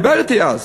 הוא דיבר אתי אז.